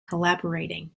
collaborating